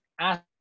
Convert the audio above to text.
ask